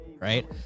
right